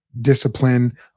discipline